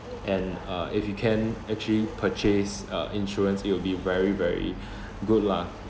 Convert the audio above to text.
and uh if you can actually purchase uh insurance it will be very very good lah